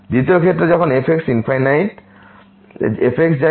দ্বিতীয় ক্ষেত্রে যখন f যায়